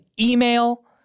email